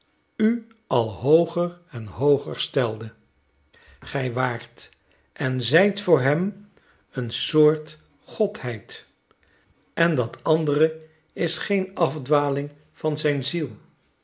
u al hooger en hooger stelde gij waart en zijt voor hem een soort godheid en dat andere is geen afdwaling van zijn ziel